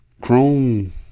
Chrome